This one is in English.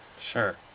sure